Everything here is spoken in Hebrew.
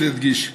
יש להדגיש,